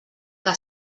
que